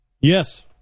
yes